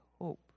hope